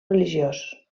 religiós